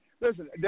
Listen